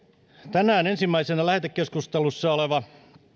tänään ensimmäisenä lähetekeskustelussa oleva